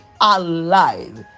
alive